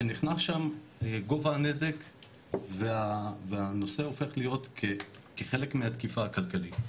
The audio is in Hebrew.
שנכנס שם גובה הנזק והנושא הופך להיות כחלק מהתקיפה הכלכלית,